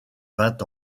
vingt